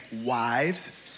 wives